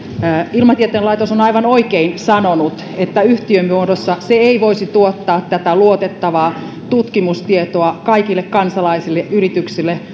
ilmatieteen laitos on aivan oikein sanonut että yhtiömuodossa se ei voisi tuottaa tätä luotettavaa tutkimustietoa kaikille kansalaisille yrityksille